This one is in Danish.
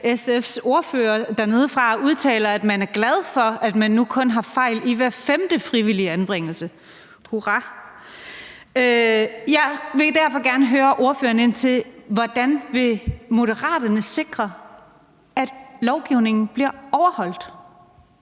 i den her uge, udtaler, at man er glad for, at man nu kun har fejl i hver femte frivillige anbringelse – hurra. Jeg vil derfor gerne spørge ordføreren ind til: Hvordan vil Moderaterne sikre, at lovgivningen bliver overholdt?